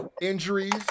injuries